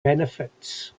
benefits